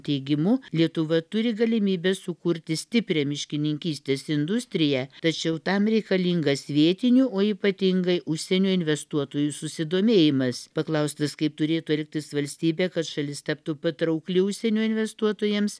teigimu lietuva turi galimybę sukurti stiprią miškininkystės industriją tačiau tam reikalingas vietinių o ypatingai užsienio investuotojų susidomėjimas paklaustas kaip turėtų elgtis valstybė kad šalis taptų patraukli užsienio investuotojams